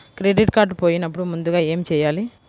Credit card పోయినపుడు ముందుగా ఏమి చేయాలి?